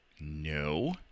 No